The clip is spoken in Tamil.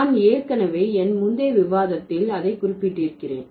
நான் ஏற்கனவே என் முந்தைய விவாதத்தில் அதை குறிப்பிட்டிருக்கிறேன்